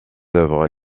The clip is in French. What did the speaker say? œuvres